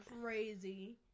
Crazy